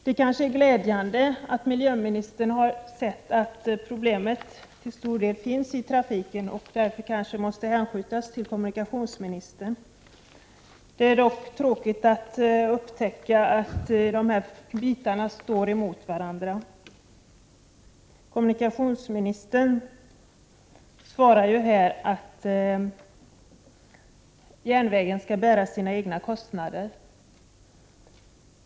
Det kanske är glädjande att miljöministern har sett att problemet till stor del finns i trafiken och att frågan därför måste hänskjutas till kommunikationsministern. Det är dock tråkigt att upptäcka att dessa bitar står emot varandra. Kommunikationsministern svarar ju här att järnvägen skall bära sina egna kostnader.